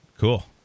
Cool